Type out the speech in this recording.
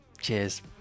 Cheers